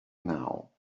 now